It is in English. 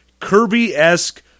kirby-esque